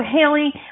Haley